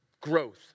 growth